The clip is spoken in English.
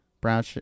Brown